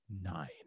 nine